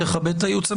תכבד את הייעוץ המשפטי.